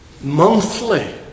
monthly